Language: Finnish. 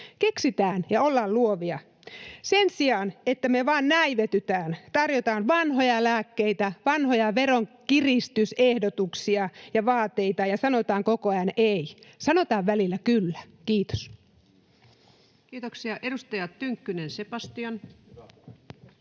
Keksitään ja ollaan luovia sen sijaan, että me vain näivetytään, tarjotaan vanhoja lääkkeitä, vanhoja veronkiristysehdotuksia ja ‑vaateita ja sanotaan koko ajan ”ei”. Sanotaan välillä ”kyllä”. — Kiitos. [Speech 121] Speaker: